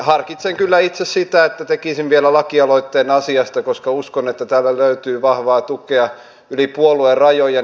harkitsen kyllä itse sitä että tekisin vielä lakialoitteen asiasta koska uskon että täältä löytyy vahvaa tukea yli puoluerajojen